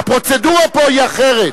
הפרוצדורה פה היא אחרת.